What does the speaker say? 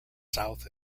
south